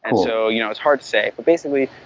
and so you know it's hard to say, but basically